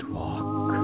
walk